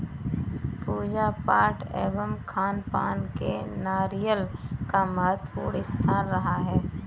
पूजा पाठ एवं खानपान में नारियल का महत्वपूर्ण स्थान रहा है